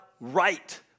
right